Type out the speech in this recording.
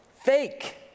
fake